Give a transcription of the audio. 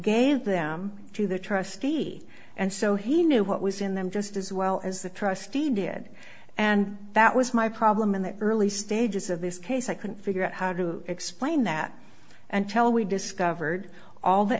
gave them to the trustee and so he knew what was in them just as well as the trustee did and that was my problem in the early stages of this case i couldn't figure out how to explain that and tell we discovered all the